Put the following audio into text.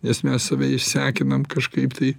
nes mes save išsekinam kažkaip tai